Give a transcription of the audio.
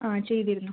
അ ചെയ്തിരുന്നു